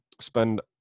spend